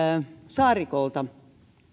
saarikolta